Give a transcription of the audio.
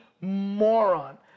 moron